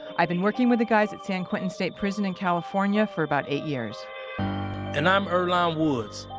i've been working with the guys at san quentin state prison in california for about eight years and i'm earlonne woods,